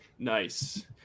nice